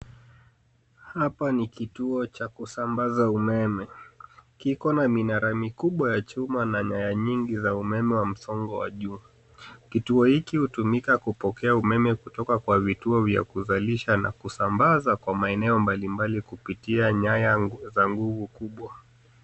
Hapa ni kituo cha kusambaza umeme, kiko na minara mikubwa ya chuma na nyaya nyingi za umeme wa msongo wa jua. Kituo hiki hutumika kupokea umeme kutoka kwa vituo vya kuzalisha na kusambaza kwa maeneo mbalimbali kupitia nyaya za nguvu kubwa.